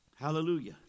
Hallelujah